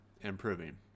improving